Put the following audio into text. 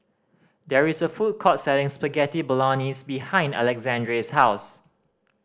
there is a food court selling Spaghetti Bolognese behind Alexandre's house